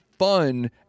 Fun